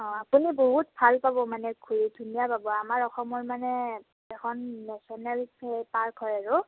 অঁ আপুনি বহুত ভাল পাব মানে ঘূৰি ধুনীয়া পাব আমাৰ অসমৰ মানে এখন নেচনেল হেই পাৰ্ক হয় আৰু